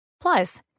Plus